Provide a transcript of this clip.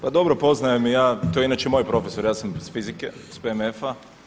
Pa dobro poznajem i ja, to je inače moj profesor, ja sam iz fizike, iz PMF-a.